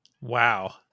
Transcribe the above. Wow